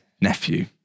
nephew